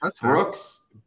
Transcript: Brooks